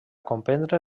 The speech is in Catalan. comprendre